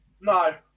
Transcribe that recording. No